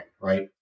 Right